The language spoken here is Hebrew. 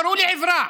ירו לעברה.